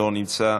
לא נמצא,